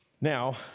Now